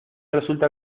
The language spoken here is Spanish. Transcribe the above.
resulta